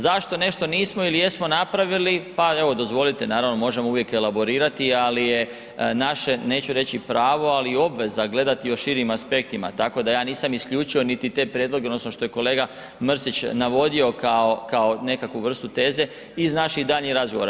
Zašto nešto nismo ili jesmo napravili, pa evo, dozvolite naravno, možemo uvijek elaborirati, ali je naše, neću reći pravo, ali i obveza gledati o širim aspektima, tako da ja nisam isključio niti te prijedloge odnosno što je kolega Mrsić navodio kao nekakvu vrstu teze iz naših daljnjih razgovora.